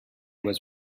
was